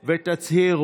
ה' בתמוז התשפ"א,